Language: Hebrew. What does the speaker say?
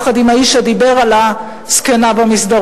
יחד עם האיש שדיבר על "הזקנה במסדרון",